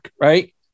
right